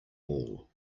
wall